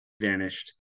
vanished